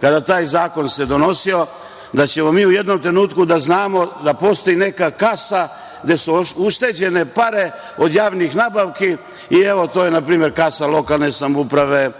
kada se taj zakon donosio da ćemo mi u jednom trenutku da znamo da postoji neka kasa gde su ušteđene pare od javnih nabavki i evo to je npr. kasa lokalne samouprave,